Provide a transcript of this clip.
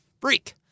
Freak